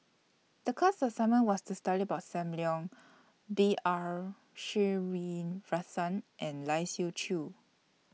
The class assignment was to study about SAM Leong B R Sreenivasan and Lai Siu Chiu